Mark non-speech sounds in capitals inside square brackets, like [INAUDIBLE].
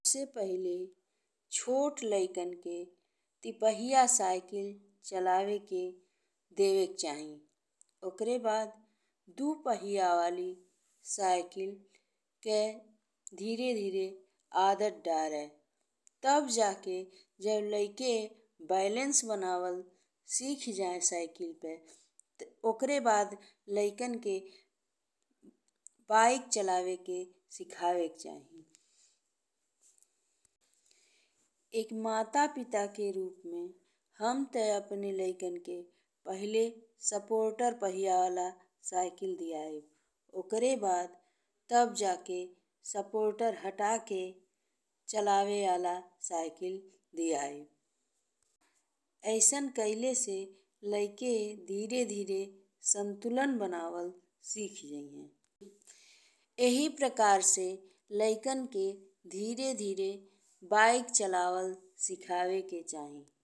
सबसे पहिले छोट लाइकन के तिपहियां साइकिल चलावेके देवेक चाही। ओकरे बाद दू पहियाँ वाली साइकिल के धीरे-धीरे आदत डारे। तब जाके जब लाइके बैलेंस बनवल सिखी जाए साइकिल पे, ओकरे बाद लइकन के [HESITATION] बाइक चलावेके सिखाएक चाही। एक माता पिता के रूप में हम ते अपने लाइकन के पहिले सपोर्टर पहिया वाला साइकिल दियाइब। ओकरे बाद तब जाके सपोर्टर हटा के चलावे वाला साइकिल दियाइब। अइसन कइले से लाइके धीरे धीरे संतुलन बनावल सिखी जाईहे। एही प्रकार से लाइकन के धीरे धीरे बाइक चलावल सिखाएक चाही।